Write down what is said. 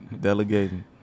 delegating